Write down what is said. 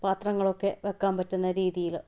പാത്രങ്ങളൊക്കെ വെക്കാൻ പറ്റുന്ന രീതിയിൽ